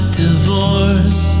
divorce